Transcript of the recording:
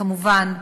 כמובן,